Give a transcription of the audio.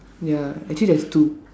ya actually there's two